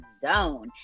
Zone